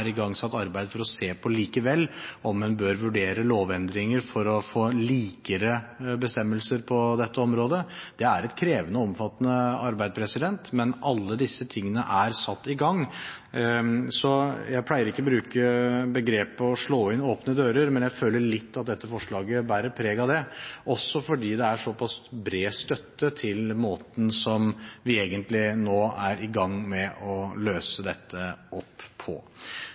igangsatt arbeid for å se på om en likevel bør vurdere lovendringer for å få likere bestemmelser på dette området. Det er et krevende og omfattende arbeid, men alle disse tingene er satt i gang. Jeg pleier ikke å bruke begrepet «å slå inn åpne dører», men jeg føler at dette forslaget bærer preg av det, også fordi det er så pass bred støtte til måten som vi egentlig er i gang med å løse dette på.